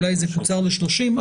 אולי זה קוצר ל-30 ימים.